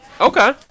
Okay